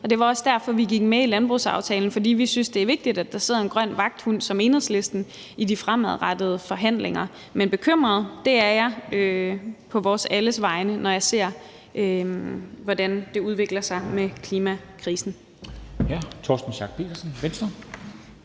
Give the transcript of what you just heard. Det var også derfor, vi gik med i landbrugsaftalen, for vi synes, det er vigtigt, at der sidder en grøn vagthund som Enhedslisten i de fremadrettede forhandlinger. Men jeg er bekymret på alles vegne, når jeg ser, hvordan det udvikler sig med klimakrisen.